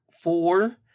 four